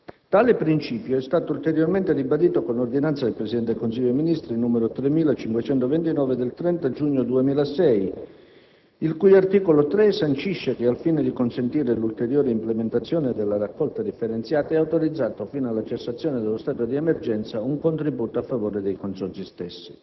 Tale principio è stato ulteriormente ribadito con l'ordinanza del Presidente del Consiglio dei ministri n. 3529 del 30 giugno 2006, il cui articolo 3 sancisce che, al fine di consentire l'ulteriore implementazione della raccolta differenziata, è autorizzato, fino alla cessazione dello stato di emergenza, un contributo a favore dei Consorzi stessi.